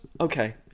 Okay